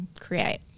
create